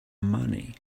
money